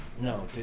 No